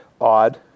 odd